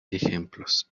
ejemplos